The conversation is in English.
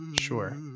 sure